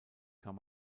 kann